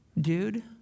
dude